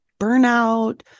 burnout